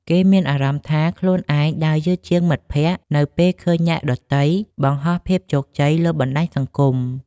គេមានអារម្មណ៍ថាខ្លួនឯងដើរយឺតជាងមិត្តភក្តិ នៅពេលឃើញអ្នកដទៃបង្ហោះភាពជោគជ័យលើបណ្តាញសង្គម។